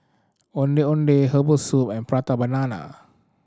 Ondeh Ondeh herbal soup and Prata Banana